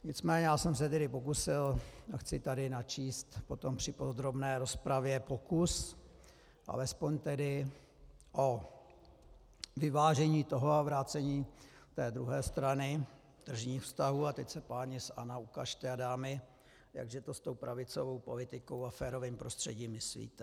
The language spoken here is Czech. Nicméně já jsem se tedy pokusil a chci tady načíst potom při podrobné rozpravě pokus aspoň tedy o vyvážení toho a vrácení té druhé strany tržních vztahů, a teď se, páni a dámy z ANO, ukažte, jak že to s tou pravicovou politikou a férovým prostředím myslíte.